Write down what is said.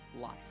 life